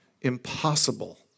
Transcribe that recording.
impossible